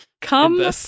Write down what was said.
Come